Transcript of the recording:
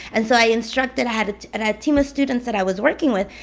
and so i instructed i had a team of students that i was working with,